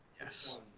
Yes